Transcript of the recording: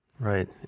Right